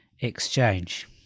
Exchange